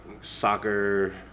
soccer